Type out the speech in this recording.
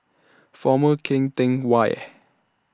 Former Keng Teck Whay